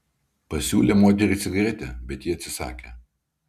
pasiūlė moteriai cigaretę bet ji atsisakė